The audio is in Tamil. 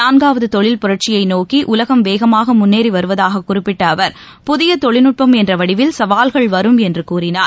நாள்காவது தொழில் புரட்சியை நோக்கி உலகம் வேகமாக முன்னேறி வருவதூக குறிப்பிட்ட அவர் புதிய தொழில்நுட்பம் என்ற வடிவில் சவால்கள் வரும் என்று கூறினார்